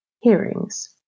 hearings